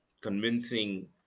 convincing